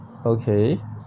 okay